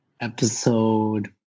Episode